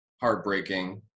heartbreaking